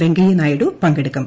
വെങ്കയ്യനായിഡു പങ്കെടുക്കും